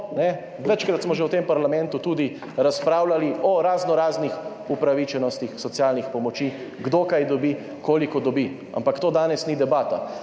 večkrat smo že v tem parlamentu razpravljali tudi o raznoraznih upravičenostih socialnih pomoči, kdo kaj dobi, koliko dobi, ampak to danes ni debata,